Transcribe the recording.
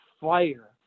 fire